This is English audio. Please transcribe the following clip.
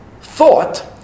thought